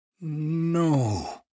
no